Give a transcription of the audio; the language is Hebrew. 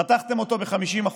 חתכתם אותו ב-50%.